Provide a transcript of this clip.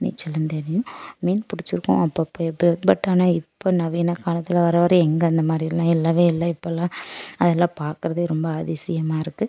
நீச்சலும் தெரியும் மீன் பிடிச்சிருக்கோம் அப்போப்ப எப்போயாது பட் ஆனால் இப்ப நவீன காலத்தில் வர வர எங்க அந்தமாதிரிலாம் இல்லைவே இல்லை இப்போலாம் அதெல்லாம் பார்க்கறதே ரொம்ப அதிசயமா இருக்குது